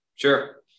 Sure